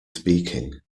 speaking